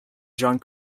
john